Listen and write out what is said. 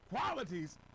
Qualities